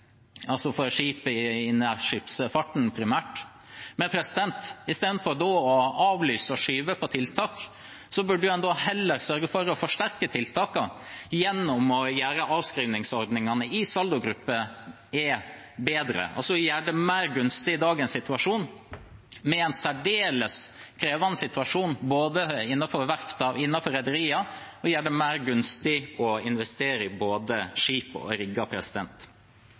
altså for skip i nærskipsfarten primært. Men i stedet for da å avlyse og skyve på tiltak, burde en heller sørge for å forsterke tiltakene gjennom å gjøre avskrivingsordningene i saldogruppe e bedre, altså gjøre det mer gunstig i dagens situasjon, som er særdeles krevende for både verftene og rederiene, å investere i både skip og